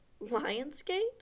Lionsgate